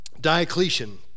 Diocletian